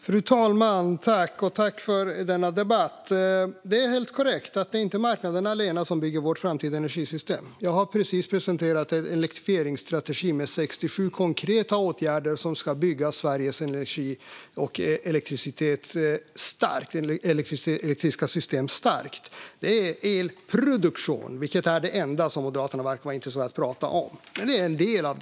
Fru talman! Jag tackar för denna debatt. Det är helt korrekt att det inte är marknaden allena som bygger vårt framtida energisystem. Jag har precis presenterat en elektrifieringsstrategi med 67 konkreta åtgärder som ska bygga Sveriges elektriska system starkt. En del av detta är elproduktion, vilket är det enda Moderaterna verkar vara intresserade av att prata om.